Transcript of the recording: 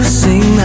sing